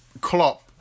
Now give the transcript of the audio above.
Klopp